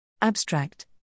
Abstract